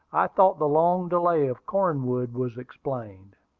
i thought the long delay of cornwood was explained.